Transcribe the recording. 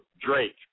Drake